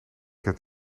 het